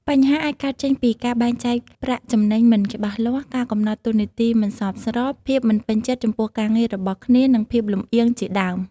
បញ្ហាអាចកើតចេញពីការបែងចែកប្រាក់ចំណេញមិនច្បាស់លាស់ ការកំណត់តួនាទីមិនសមស្រប ភាពមិនពេញចិត្តចំពោះការងាររបស់គ្នា និងភាពលម្អៀងជាដើម។